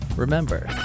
Remember